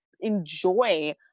enjoy